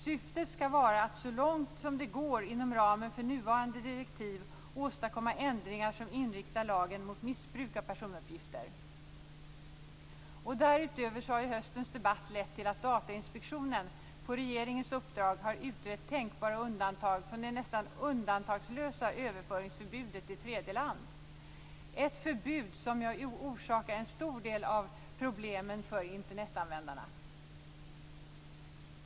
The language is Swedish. Syftet skall vara att så långt som det går inom ramen för nuvarande direktiv åstadkomma ändringar som inriktar lagen mot missbruk av personuppgifter. Därutöver har höstens debatt lett till att Datainspektionen på regeringens uppdrag har utrett tänkbara undantag från det nästan undantagslösa överföringsförbudet till tredje land. Ett förbud som ju orsakar en stor del av problemen för Internetanvändningarna.